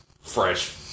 Fresh